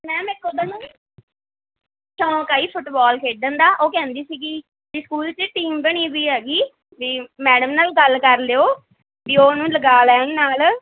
ma'am ਇੱਕ ਉੱਧਰ ਨੂੰ ਸ਼ੌਕ ਆ ਜੀ ਫੁਟਬਾਲ ਖੇਡਣ ਦਾ ਉਹ ਕਹਿੰਦੀ ਸੀਗੀ ਕਿ ਸਕੂਲ 'ਚ ਟੀਮ ਬਣੀ ਹੋਈ ਹੈਗੀ ਵੀ ਮੈਡਮ ਨਾਲ ਗੱਲ ਕਰ ਲਿਓ ਵੀ ਉਹਨੂੰ ਲਗਾ ਲੈਣ ਨਾਲ